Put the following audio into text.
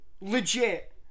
Legit